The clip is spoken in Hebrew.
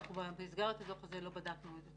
אנחנו במסגרת הדוח הזה לא בדקנו את זה.